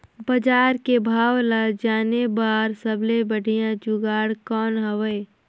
बजार के भाव ला जाने बार सबले बढ़िया जुगाड़ कौन हवय?